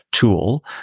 tool